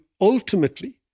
ultimately